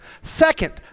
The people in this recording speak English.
second